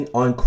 on